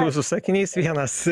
jūsų sakinys vienas